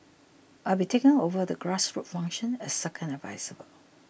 I'll be taking over the grassroots function as second adviser